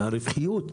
הרווחיות,